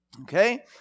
okay